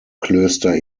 klöster